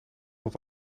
tot